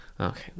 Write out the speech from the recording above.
Okay